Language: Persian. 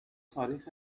تاریخ